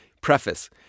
Preface